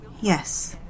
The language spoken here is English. Yes